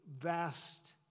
vast